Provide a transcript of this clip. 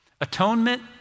Atonement